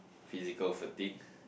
physical fatigue